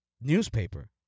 newspaper